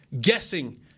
Guessing